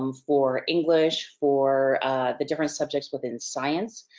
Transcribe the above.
um for english, for the different subjects within science.